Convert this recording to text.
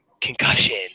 concussion